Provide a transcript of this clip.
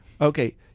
Okay